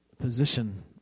Position